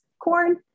corn